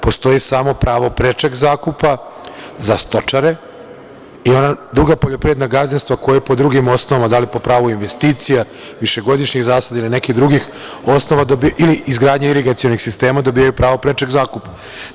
Postoji samo pravo prečeg zakupa za stočare i ona druga poljoprivredna gazdinstva koja po drugim osnovama, da li po pravu investicija, višegodišnjih zasada ili nekih drugih osnova, ili izgradnju irigacionih sistema dobijaju pravo prečeg zakupa.